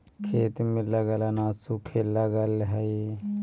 खेत में लगल अनाज सूखे लगऽ हई